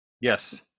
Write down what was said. yes